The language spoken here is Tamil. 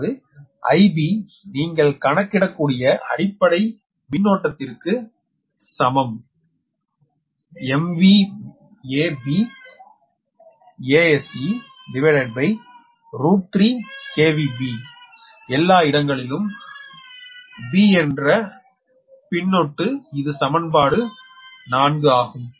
அதாவது 𝑰𝑩 நீங்கள் கணக்கிடக்கூடிய அடிப்படை மின்னோட்டத்திற்கு சமம் Base3 Bஎல்லா இடங்களிலும் B என்ற பின்னொட்டு இது சமன்பாடு 4 ஆகும்